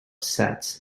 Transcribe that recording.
sets